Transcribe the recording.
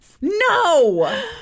No